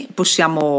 possiamo